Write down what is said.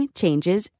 changes